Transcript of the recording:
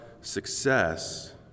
success